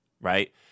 right